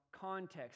context